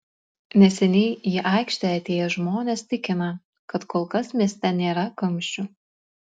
neseniai į aikštę atėję žmonės tikina kad kol kas mieste nėra kamščių